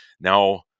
Now